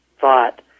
thought